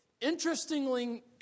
interestingly